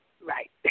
Right